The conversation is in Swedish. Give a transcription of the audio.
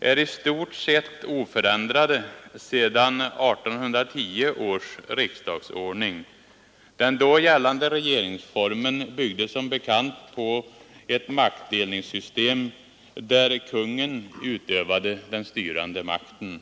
är i stort sett oförändrade sedan 1810 års riksdagsordning. Den då gällande regeringsformen byggde som bekant på ett maktdelningssystem, där kungen utövade den styrande makten.